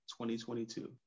2022